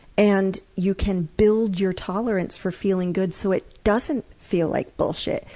and you can build your tolerance for feeling good so it doesn't feel like bullshit.